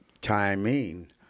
timing